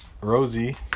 Rosie